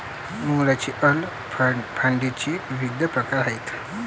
mutual फंडाचे विविध प्रकार आहेत